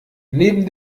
neben